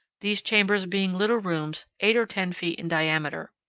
these chambers being little rooms eight or ten feet in diameter.